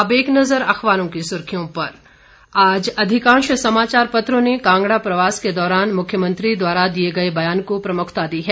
अब एक नजर अखबारों की सुर्खियों पर आज अधिकांश समाचार पत्रों ने कांगड़ा प्रवास के दौरान मुख्यमंत्री द्वारा दिये गए बयान को प्रमुखता दी है